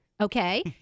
okay